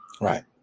right